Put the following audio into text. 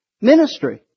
ministry